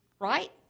Right